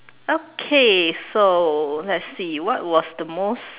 okay so let's see what was the most